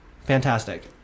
fantastic